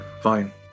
fine